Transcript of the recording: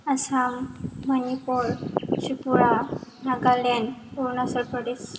Assam Manipur Tripura Nagaland Arunachal Pradesh